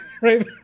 right